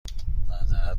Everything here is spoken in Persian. معذرت